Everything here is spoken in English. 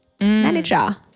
manager